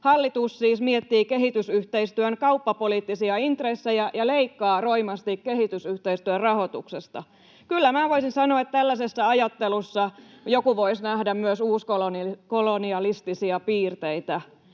hallitus siis miettii kehitysyhteistyön kauppapoliittisia intressejä ja leikkaa roimasti kehitysyhteistyön rahoituksesta. [Aino-Kaisa Pekonen: Aivan!] Kyllä minä voisin sanoa, että tällaisessa ajattelussa joku voisi nähdä myös uuskolonialistisia piirteitä,